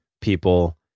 people